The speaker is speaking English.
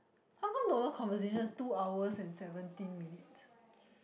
how come got a lot of conversations two hours and seventeen minutes